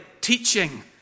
teaching